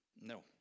No